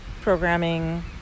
programming